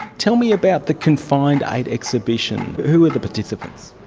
tell me about the confined eight exhibition. who are the participants?